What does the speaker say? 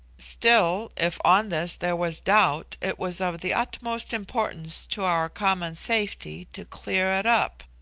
still, if on this there was doubt, it was of the utmost importance to our common safety to clear it up.